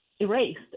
erased